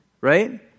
right